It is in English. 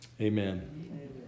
Amen